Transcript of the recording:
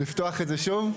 לפתוח את זה שוב.